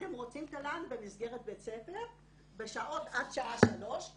אתם רוצים תל"ן במסגרת בית ספר עד שעה 15:00,